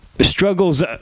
struggles